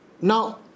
Now